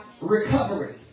Recovery